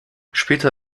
später